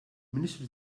ministru